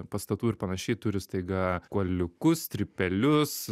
pastatų ir panašiai turi staiga kuoliukus strypelius